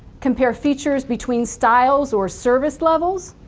compare features between styles or service levels,